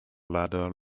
ladder